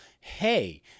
hey